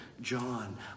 John